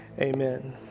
Amen